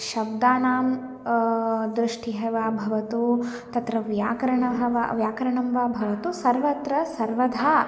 शब्दानां दृष्टिः वा भवतु तत्र व्याकरणं वा व्याकरणं वा भवतु सर्वत्र सर्वधा